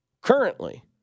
currently